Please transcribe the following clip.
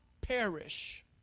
perish